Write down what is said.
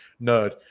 nerd